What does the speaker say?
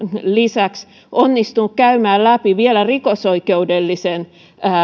lisäksi onnistuneet käymään läpi vielä rikosoikeudellisen